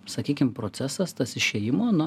sakykim procesas tas išėjimo na